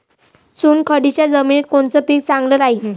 चुनखडीच्या जमिनीत कोनचं पीक चांगलं राहीन?